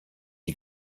die